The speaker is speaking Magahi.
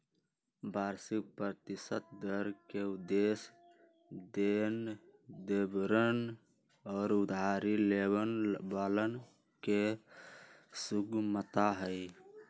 वार्षिक प्रतिशत दर के उद्देश्य देनदरवन और उधारी लेवे वालन के सुगमता हई